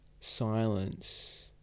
silence